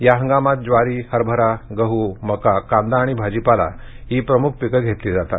या हंगामात ज्वारी हरभरा गहू मका कांदा आणि भाजीपाला ही प्रमुख पिकं घेतली जातात